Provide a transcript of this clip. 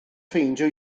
ffeindio